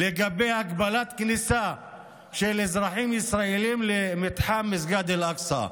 לגבי הגבלת כניסה של אזרחים ישראלים למתחם מסגד אל-אקצא.